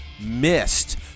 missed